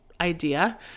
idea